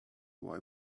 why